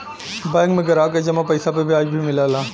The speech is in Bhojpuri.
बैंक में ग्राहक क जमा पइसा पे ब्याज भी मिलला